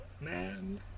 man